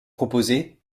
proposés